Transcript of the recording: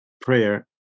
prayer